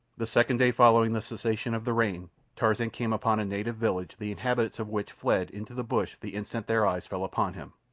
the second day following the cessation of the rain tarzan came upon a native village the inhabitants of which fled into the bush the instant their eyes fell upon him.